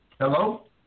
Hello